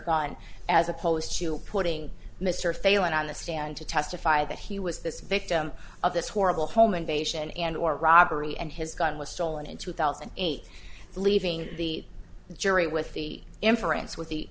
god as opposed to putting mr failand on the stand to testify that he was this victim of this horrible home invasion and or robbery and his gun was stolen in two thousand and eight leaving the jury with the